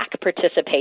participation